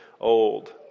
old